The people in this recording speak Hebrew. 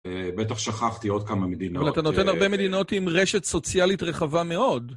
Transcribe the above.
בטח שכחתי עוד כמה מדינות. אתה נותן הרבה מדינות עם רשת סוציאלית רחבה מאוד.